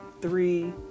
three